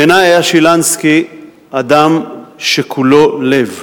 בעיני היה שילנסקי אדם שכולו לב: